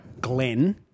Glenn